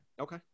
Okay